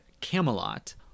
Camelot